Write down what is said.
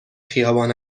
خیابان